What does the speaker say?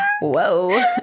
whoa